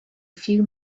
few